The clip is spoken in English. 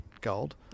gold